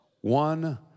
one